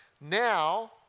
now